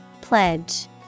Pledge